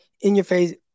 in-your-face